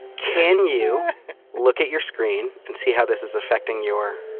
can you look at your screen and see how this is affecting your